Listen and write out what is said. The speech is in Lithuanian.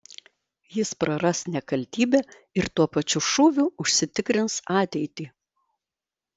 jis praras nekaltybę ir tuo pačiu šūviu užsitikrins ateitį